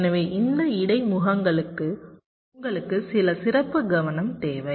எனவே இந்த இடைமுகங்களுக்கு உங்களுக்கு சில சிறப்பு கவனம் தேவை